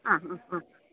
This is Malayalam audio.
ആ അ ആ